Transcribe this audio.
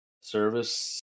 service